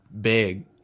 big